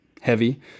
heavy